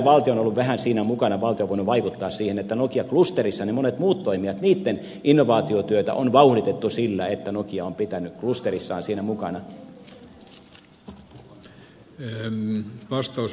valtio on ollut vähän siinä mukana valtio on voinut vaikuttaa siihen että nokia klusterissa monien muiden toimijoiden innovaatiotyötä on vauhditettu sillä että nokia on pitänyt ne klusterissaan mukana